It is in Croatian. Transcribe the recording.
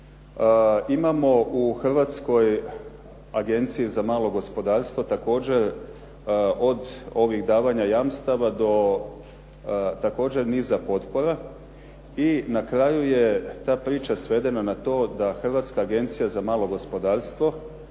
Imamo u Hrvatskoj agenciji za malo gospodarstvo također od ovih davanja jamstava do također niza potpora i na kraju je ta priča svedena na to da Hrvatska agencija za malo gospodarstvo,